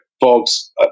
folks